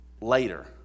later